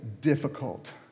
difficult